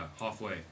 halfway